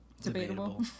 debatable